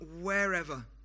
wherever